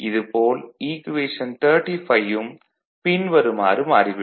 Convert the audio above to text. இது போல் ஈக்குவேஷன் 35 ம் பின் வருமாறு மாறி விடும்